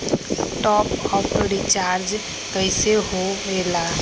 Top up recharge कइसे होएला?